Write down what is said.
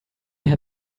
had